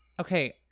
Okay